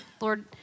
Lord